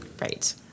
right